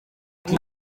ati